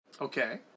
Okay